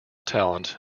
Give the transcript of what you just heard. talent